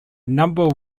number